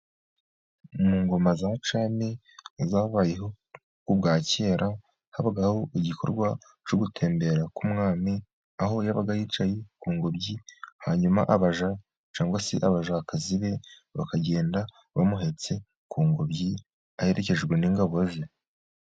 Mu ngoma za cami zabayeho kubwa kera habagaho igikorwa cyo gutembera k' umwami, aho yabaga yicaye mu ngobyi hanyuma abaja cyangwa se abajakazi be bakagenda bamuhetse mu ngobyi aherekejwe n' ingabo ze.